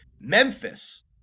Memphis